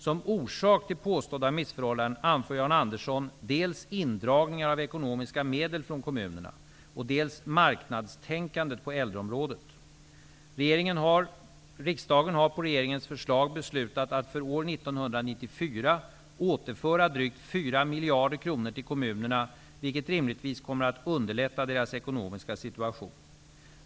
Som orsak till påstådda missförhållanden anför Jan Andersson dels indragningar av ekonomiska medel från kommunerna, dels marknadstänkandet på äldreområdet. Riksdagen har på regeringens förslag beslutat att för år 1994 återföra drygt 4 miljarder kronor till kommunerna, vilket rimligtvis kommer att underlätta deras ekonomiska situation.